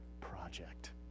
project